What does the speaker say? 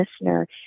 listener